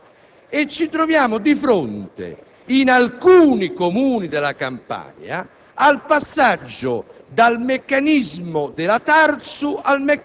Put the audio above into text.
all'anticipazione per i Comuni della Campania del meccanismo tariffario previsto tra due anni sul piano nazionale.